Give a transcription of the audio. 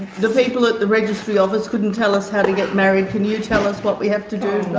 the people at the registry office couldn't tell us how to get married. can you tell us what we have to do?